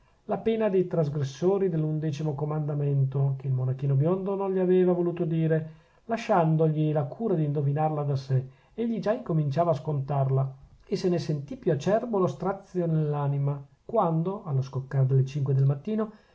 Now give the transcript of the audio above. la pena dei trasgressori dell'undecimo comandamento che il monachino biondo non gli aveva voluto dire lasciandogli la cura d'indovinarla da sè egli già incominciava a scontarla e ne sentì più acerbo lo strazio nell'anima quando allo scoccar delle cinque del mattino